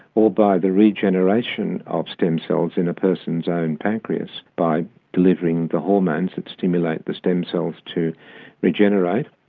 or by the regeneration of stem cells in a person's own pancreas by delivering the hormones that stimulate the stem cells to regenerate,